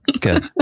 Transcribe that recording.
good